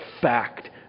fact